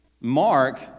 Mark